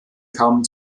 kamen